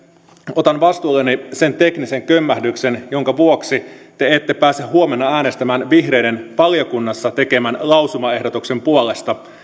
otan vastuulleni sen teknisen kömmähdyksen jonka vuoksi te ette pääse huomenna äänestämään vihreiden valiokunnassa tekemän lausumaehdotuksen puolesta